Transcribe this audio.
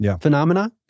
phenomena